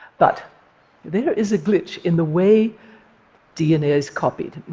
but there is a glitch in the way dna is copied.